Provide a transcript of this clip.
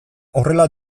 horrela